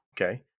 Okay